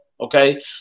Okay